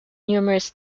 numerous